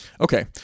Okay